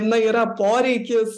na yra poreikis